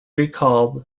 recalled